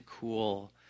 cool